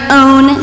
own